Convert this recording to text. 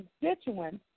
constituents